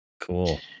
Cool